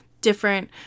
different